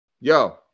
yo